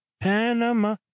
Panama